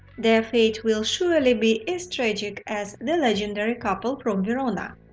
their fate will surely be as tragic as the legendary couple from verona.